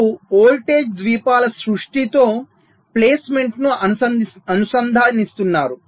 మీరు వోల్టేజ్ ద్వీపాల సృష్టితో ప్లేస్మెంట్ను అనుసంధానిస్తున్నారు